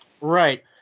Right